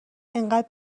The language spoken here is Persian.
انقدر